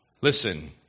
Listen